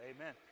amen